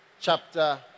chapter